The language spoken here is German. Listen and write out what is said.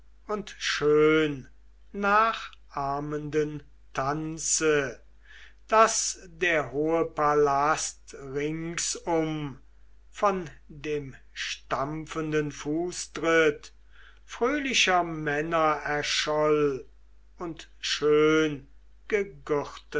und schönnachahmenden tanze daß der hohe palast ringsum von dem stampfenden fußtritt fröhlicher männer erscholl und schöngegürteter